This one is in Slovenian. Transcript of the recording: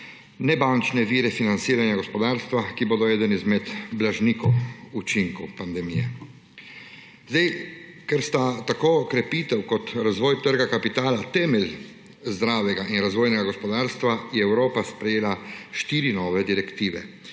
nebančne vire financiranja gospodarstva, ki bodo eden izmed blažilcev učinkov pandemije. Ker sta tako krepitev kot razvoj trga kapitala temelj zdravega in razvojnega gospodarstva, je Evropa sprejela štiri nove direktive,